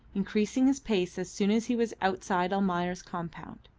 increasing his pace as soon as he was outside almayer's compound.